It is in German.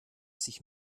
sich